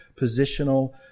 positional